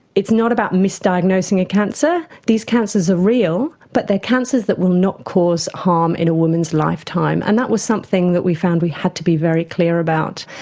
it's not about misdiagnosing a cancer, these cancers are real, but they are cancers that will not cause harm in a woman's lifetime. and that was something that we found we had to be very clear about.